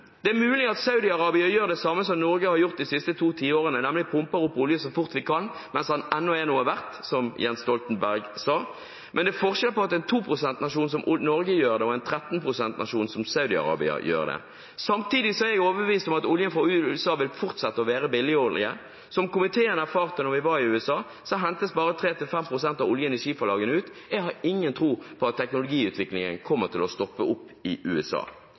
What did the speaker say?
Det er mulig Saudi-Arabia gjør det samme som Norge har gjort de siste to tiårene, nemlig å pumpe opp olje så fort vi kan mens den ennå er noe verdt, slik Jens Stoltenberg sa. Men det er forskjell på at en 2 pst.-nasjon som Norge gjør det, og at en 13 pst.-nasjon som Saudi-Arabia gjør det. Samtidig er jeg overbevist om at oljen fra USA vil fortsette å være billig. Som komiteen erfarte da vi var i USA, hentes bare 3–5 pst. av oljen i skiferlagene ut. Jeg har ingen tro på at teknologiutviklingen kommer til å stoppe opp i USA.